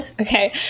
okay